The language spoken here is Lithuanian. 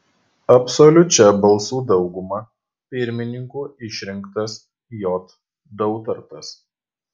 absoliučia balsų dauguma pirmininku išrinktas j dautartas